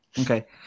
Okay